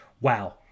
wow